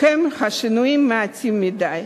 שינויים מעטים מדי,